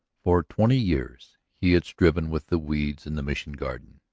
for twenty years he had striven with the weeds in the mission garden,